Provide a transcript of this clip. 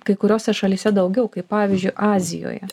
kai kuriose šalyse daugiau kaip pavyzdžiui azijoje